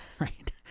Right